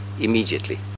immediately